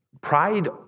Pride